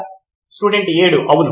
విద్యార్థి 7 అవును